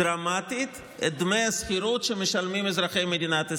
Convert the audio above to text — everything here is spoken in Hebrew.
דרמטית את דמי השכירות שמשלמים אזרחי מדינת ישראל.